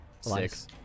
six